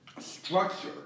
structure